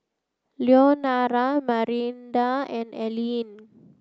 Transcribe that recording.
Leonora Marinda and Ellyn